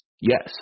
Yes